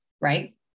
right